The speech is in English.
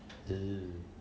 oh